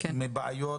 בעיות,